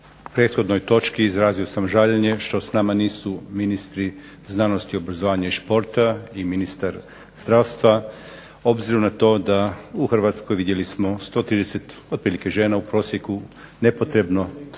prethodnoj točki izrazio sam žaljenje što sa nama nisu ministri znanosti, obrazovanja i športa i ministar zdravstva obzirom na to da u Hrvatskoj vidjeli smo 130 otprilike žena u prosjeku nepotrebno umire